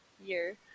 year